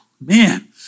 man